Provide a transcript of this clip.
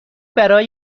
برای